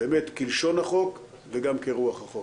באמת, כלשון החוק, וגם כרוח החוק.